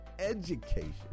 education